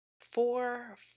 four